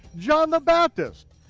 john the baptist.